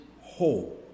whole